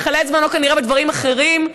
ומכלה את זמנו כנראה בדברים אחרים,